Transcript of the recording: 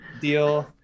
deal